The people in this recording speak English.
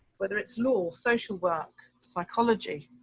whether it's law, social work, psychology,